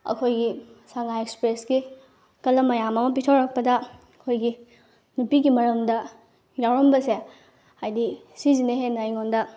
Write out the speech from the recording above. ꯑꯩꯈꯣꯏꯒꯤ ꯁꯉꯥꯏ ꯑꯦꯛꯁꯄ꯭ꯔꯦꯁꯀꯤ ꯀꯂꯝ ꯃꯌꯥꯝ ꯑꯃ ꯄꯤꯊꯣꯔꯛꯄꯗ ꯑꯩꯈꯣꯏꯒꯤ ꯅꯨꯄꯤꯒꯤ ꯃꯔꯝꯗ ꯌꯥꯎꯔꯝꯕꯁꯦ ꯍꯥꯏꯗꯤ ꯁꯤꯁꯤꯅ ꯍꯦꯟꯅ ꯑꯩꯉꯣꯟꯗ